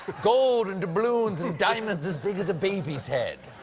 gold and bubloons and diamonds as big as a baby head,